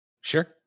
sure